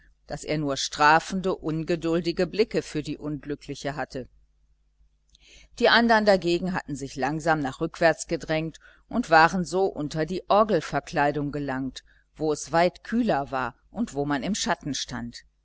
daß er nur strafende ungeduldige blicke für die unglückliche hatte die andern dagegen hatten sich langsam nach rückwärts gedrängt und waren so unter die orgelverkleidung gelangt wo es weit kühler war und wo man im schatten stand